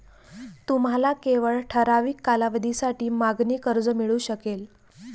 तुम्हाला केवळ ठराविक कालावधीसाठी मागणी कर्ज मिळू शकेल